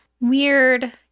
weird